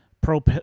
pro